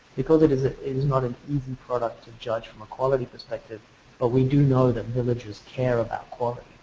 because it is ah it is not an easy product to judge from a quality perspective but we do know that villages care about quality.